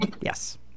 yes